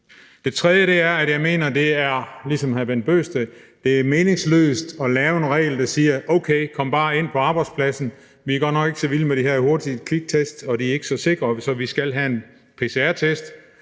hr. Bent Bøgsted mener, det er meningsløst at lave en regel, der siger: Okay, kom bare ind på arbejdspladsen; vi er godt nok ikke så vilde med de her hurtige kviktest, og de er ikke så sikre, så vi skal have en pcr-test,